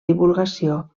divulgació